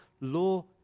law